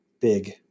big